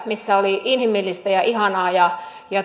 missä oli kodin henki inhimillistä ja ihanaa ja